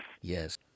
Yes